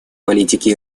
политики